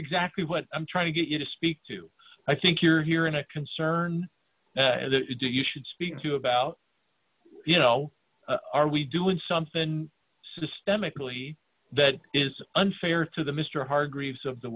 exactly what i'm trying to get you to speak to i think you're hearing a concern do you should speak to about you know are we doing something systemically that is unfair to the mister hargreaves of the